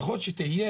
זאת תהיה